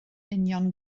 union